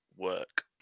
work